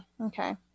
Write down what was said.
Okay